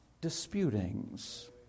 disputings